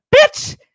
bitch